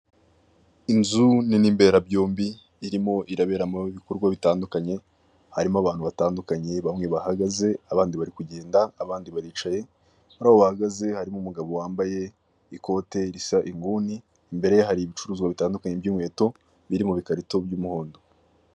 Inzu nini mberabyombi irimo iraberamo ibikorwa bitandukanye harimo abantu batandukanye bamwe bahagaze abandi bari kugenda abandi baricaye. Muri abo bahagaze harimo umugabo wambaye ikote risa inguni, imbere ye hari ibicuruzwa bitandukanye by'inkweto biri mu bikarito by'umuhondo.